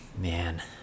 Man